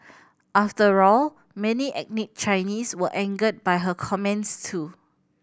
after all many ethnic Chinese were angered by her comments too